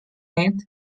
need